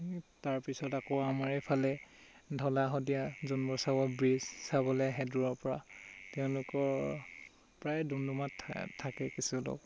তাৰপিছত আকৌ আমাৰ এইফালে ধলা শদিয়া যোনবোৰ ব্ৰিজ চাবলৈ আহে দূৰৰপৰা তেওঁলোকৰ প্ৰায় ডুমডুমাত থাকে কিছু লোক